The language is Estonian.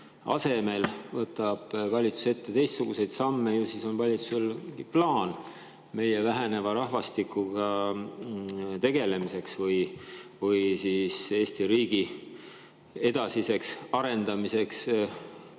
asemel võtab valitsus ette teistsuguseid samme. Ju siis on valitsusel plaan meie väheneva rahvastikuga tegelemiseks või siis Eesti riigi edasiseks arendamiseks